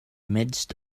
midst